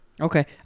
Okay